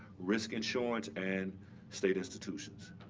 risk insurance, and state institutions.